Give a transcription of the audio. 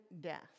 death